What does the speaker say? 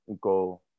go